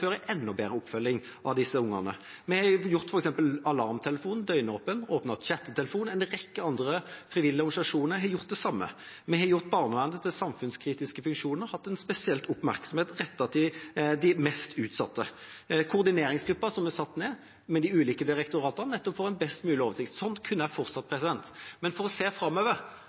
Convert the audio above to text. bedre oppfølging av disse barna. Vi har f.eks. gjort alarmtelefonen døgnåpen og åpnet chattetelefon. En rekke frivillige organisasjoner har gjort det samme. Vi har gjort barnevernet til en samfunnskritisk funksjon og hatt spesiell oppmerksomhet rettet mot de mest utsatte. En koordineringsgruppe med de ulike direktoratene er satt ned nettopp for å få en best mulig oversikt. Slik kunne jeg fortsatt. For å se framover